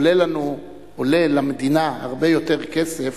עולה למדינה הרבה יותר כסף